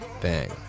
bang